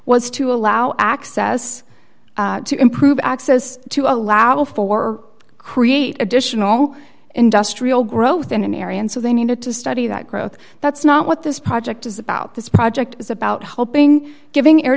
was to allow access to improve access to allow for create additional industrial growth in an area and so they needed to study that growth that's not what this project is about this project is about helping giving air